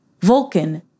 Vulcan